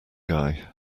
guy